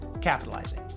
capitalizing